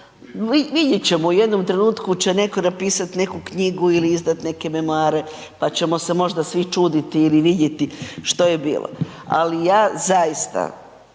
vidjet ćemo u jednom trenutku će neko napisat neku knjigu ili izdat neke memoare pa ćemo se možda svi čuditi ili vidjeti što je bilo. Ali ja zaista